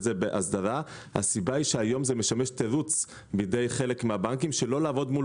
זה בהסדרה כי היום זה משמש תירוץ בידי חלק מהבנקים שלא לעבוד מול